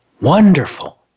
wonderful